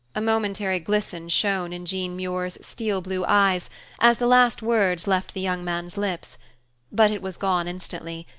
a momentary glisten shone in jean muir's steel-blue eyes as the last words left the young man's lips but it was gone instantly,